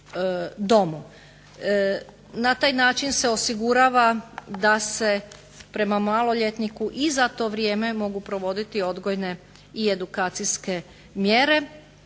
Na taj način se osigurava da se prema maloljetniku i za to vrijeme mogu provoditi odgojne i edukacijske mjere,